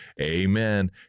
Amen